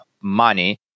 money